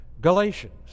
Galatians